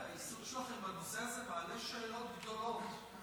העיסוק שלכם בנושא הזה מעלה שאלות גדולות.